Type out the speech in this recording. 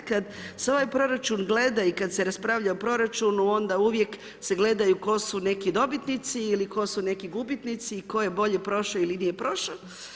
Kada se ovaj proračun gleda i kada se raspravlja o proračunu onda uvijek se gledaju tko su neki dobitnici ili tko su neki gubitnici i tko je bolje prošao ili nije prošao.